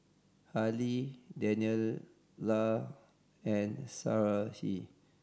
Harley Daniella and Sarahi